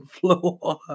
floor